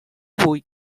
vuit